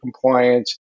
compliance